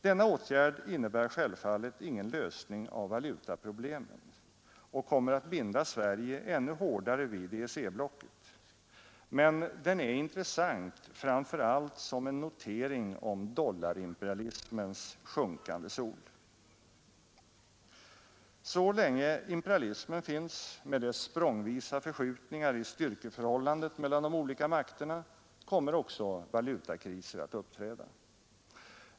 Denna åtgärd innebär självfallet ingen lösning av valutaproblemen, och den kommer att binda Sverige ännu hårdare vid EEC-blocket, men den är intressant framför allt som en notering om dollarimperialismens sjunkande sol. Så länge imperialismen finns med dess språngvisa förskjutningar i styrkeförhållandet mellan de olika makterna kommer också valutakriser att uppträda.